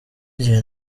gihe